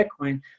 Bitcoin